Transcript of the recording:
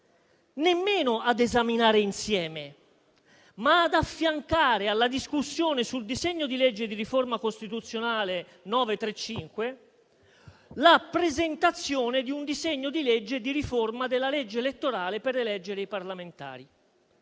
non dico ad esaminare insieme, ma ad affiancare alla discussione sul disegno di legge di riforma costituzionale n. 935 la presentazione di un disegno di legge di riforma della legge elettorale per eleggere i parlamentari.